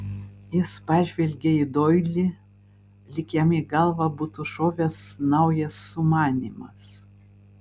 jis pažvelgė į doilį lyg jam į galvą būtų šovęs naujas sumanymas